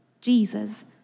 Jesus